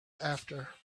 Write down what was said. after